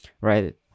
right